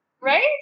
Right